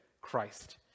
Christ